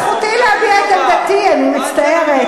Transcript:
זכותי להביע את עמדתי, אני מצטערת.